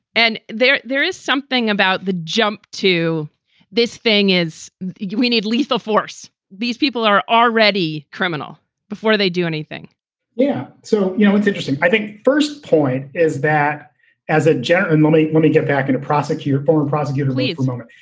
and there there is something about the jump to this thing is we need lethal force. these people are already criminal before they do anything yeah. yeah. so, you know what's interesting? i think first point is that as a gentleman, let me let me get back in. prosecutor, former prosecutor, lethal moment.